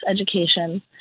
education